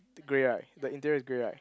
the grey right the interior is grey right